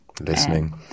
listening